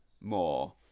more